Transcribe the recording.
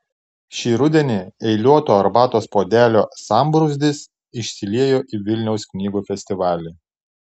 šį rudenį eiliuoto arbatos puodelio sambrūzdis išsiliejo į vilniaus knygų festivalį